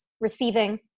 receiving